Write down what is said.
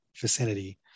vicinity